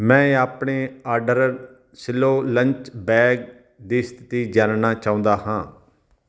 ਮੈਂ ਆਪਣੇ ਆਡਰ ਸਿਲੋ ਲੰਚ ਬੈਗ ਦੀ ਸਥਿਤੀ ਜਾਣਨਾ ਚਾਹੁੰਦਾ ਹਾਂ